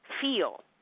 feel